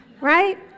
Right